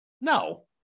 no